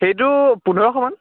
সেইটো পোন্ধৰশমান